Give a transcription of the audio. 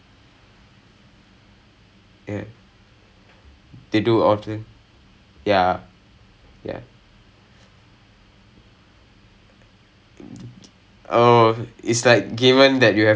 அந்த மாதிரி தான்:antha maathiri thaan but இவனுங்கே:ivanungae is like அது எல்லாம் நம்ம கத்துட்டோம் லே:athu ellaam namma kathuttoam லே secondary school லே எல்லாம் இங்க அதை பத்தி பேச கூட மாட்டிருக்கிறான்:le ellaam ingae athai pathi pesa kuda maattirukkiraan is like is like நீ அப்போ கத்துக்கிட்டது எல்லாம்:ni appo kathukittathu ellaam doesn't matter anymore